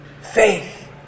Faith